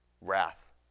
Wrath